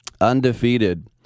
undefeated